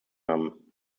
haben